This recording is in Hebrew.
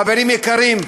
חברים יקרים,